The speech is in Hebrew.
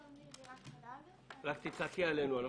בבקשה.